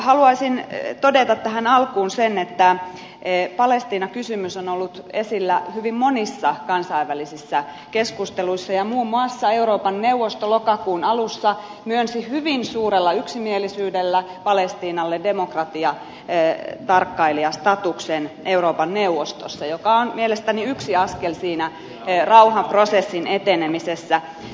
haluaisin todeta tähän alkuun sen että palestiina kysymys on ollut esillä hyvin monissa kansainvälisissä keskusteluissa ja muun muassa euroopan neuvosto lokakuun alussa myönsi hyvin suurella yksimielisyydellä palestiinalle demokratiatarkkailijastatuksen euroopan neuvostossa joka on mielestäni yksi askel siinä rauhanprosessin etenemisessä